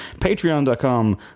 patreon.com